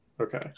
Okay